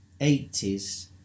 80s